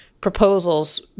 proposals